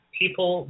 people